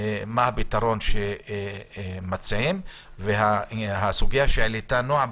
מה הפתרון שמציעים, והסוגיה שהעלתה נועה